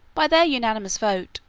by their unanimous votes,